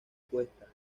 cuesta